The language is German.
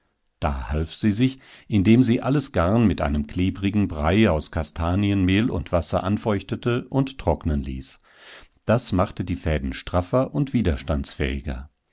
da half sie sich indem sie alles garn mit einem klebrigen brei aus kastanienmehl und wasser anfeuchtete und trocknen ließ das machte die fäden straffer und widerstandsfähiger